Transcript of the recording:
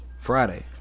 Friday